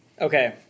Okay